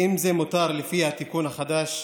האם זה מותר לפי התיקון החדש?